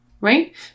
right